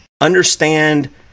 understand